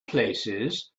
places